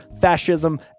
fascism